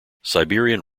siberian